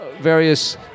various